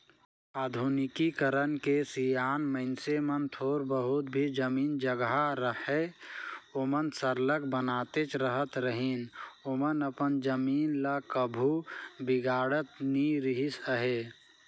आधुनिकीकरन के सियान मइनसे मन थोर बहुत भी जमीन जगहा रअहे ओमन सरलग बनातेच रहत रहिन ओमन अपन जमीन ल कभू बिगाड़त नी रिहिस अहे